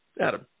Adam